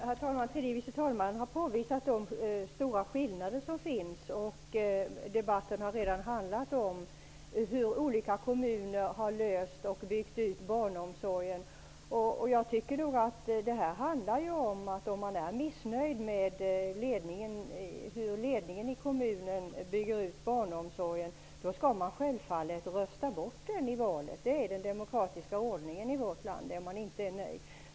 Herr talman! Tredje vice talmannen har påvisat de stora skillnader som finns. Debatten har redan handlat om hur olika kommuner genom utbyggnad har löst barnomsorgsproblemen. Om man är missnöjd med hur ledningen i kommunen bygger ut barnomsorgen, tycker jag att man självfallet skall rösta bort den i valet. Det är den demokratiska ordningen i vårt land.